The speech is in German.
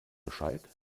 bescheid